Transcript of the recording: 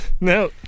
no